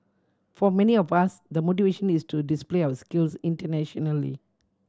for many of us the motivation is to display our skills internationally